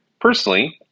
Personally